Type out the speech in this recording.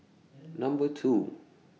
Number two